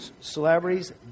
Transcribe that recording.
celebrities